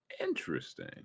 Interesting